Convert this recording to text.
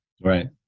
Right